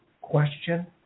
question